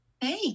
Hey